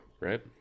right